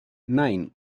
nine